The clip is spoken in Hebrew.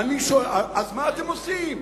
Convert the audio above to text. אז מה אתם עושים?